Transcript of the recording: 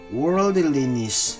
worldliness